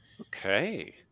Okay